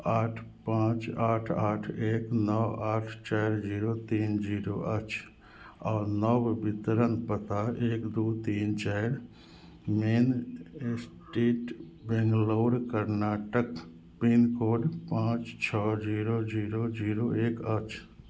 आठ पाँच आठ आठ एक नओ आठ चारि जीरो तीन जीरो अछि आओर नव वितरण पता एक दुइ तीन चारि main street Bangalore Karnataka pin code पाँच छओ जीरो जीरो जीरो एक अछि